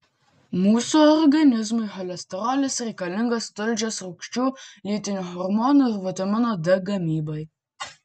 mūsų organizmui cholesterolis reikalingas tulžies rūgščių lytinių hormonų ir vitamino d gamybai